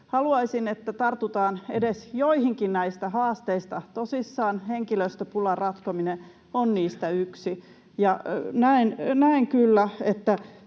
Haluaisin, että tartutaan edes joihinkin näistä haasteista tosissaan. Henkilöstöpulan ratkaiseminen on niistä yksi, ja näen kyllä, että